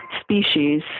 species